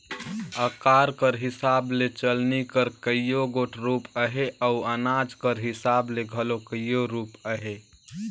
अकार कर हिसाब ले चलनी कर कइयो गोट रूप अहे अउ अनाज कर हिसाब ले घलो कइयो रूप अहे